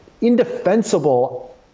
indefensible